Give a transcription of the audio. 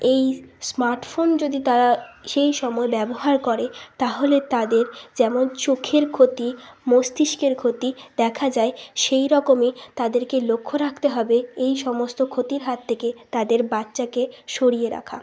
এই smart phone যদি তারা সেই সময় ব্যবহার করে তাহলে তাদের যেমন চোখের ক্ষতি মস্তিস্কের ক্ষতি দেখা যায় সেই রকমই তাদেরকে লক্ষ্য রাখতে হবে এই সমস্ত ক্ষতির হাত থেকে তাদের বাচ্চাকে সরিয়ে রাখা